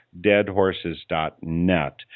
deadhorses.net